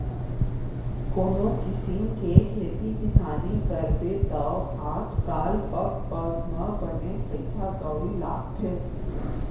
कोनों किसिम के खेती किसानी करबे तौ आज काल पग पग म बनेच पइसा कउड़ी लागथे